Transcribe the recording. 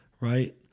Right